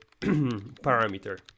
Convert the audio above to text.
parameter